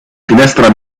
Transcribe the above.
finestra